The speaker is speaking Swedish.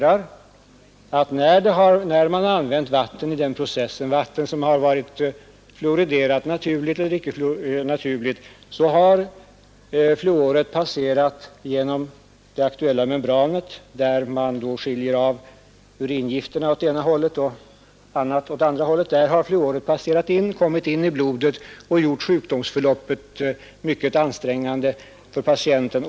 Vi vet också att när man vid behandling med konstgjord njure använt vatten, som har varit naturligt eller icke naturligt fluoriderat, så har fluoret passerat genom det membran där uringifterna frånskiljs och kommit in i blodet samt gjort sjukdomsförloppet mycket ansträngande för patienten.